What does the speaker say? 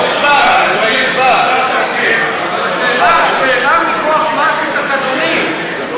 סליחה, זה בא מכוח משהו תקנוני?